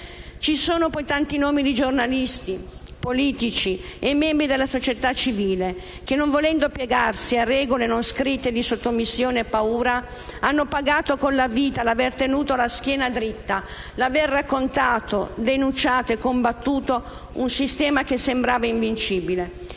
Ci sono poi tanti nomi di giornalisti, politici e membri della società civile che, non volendo piegarsi a regole non scritte di sottomissione e paura, hanno pagato con la vita l'aver tenuto la schiena dritta e l'aver raccontato, denunciato e combattuto un sistema che sembrava invincibile.